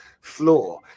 floor